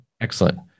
excellent